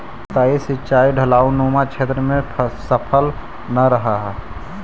सतही सिंचाई ढवाऊनुमा क्षेत्र में सफल न रहऽ हइ